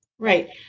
Right